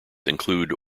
include